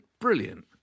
brilliant